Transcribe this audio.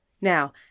Now